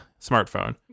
smartphone